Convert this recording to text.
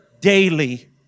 daily